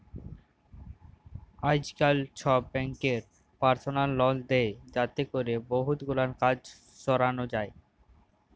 আইজকাল ছব ব্যাংকই পারসলাল লল দেই যাতে ক্যরে বহুত গুলান কাজ সরানো যায়